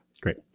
Great